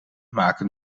maken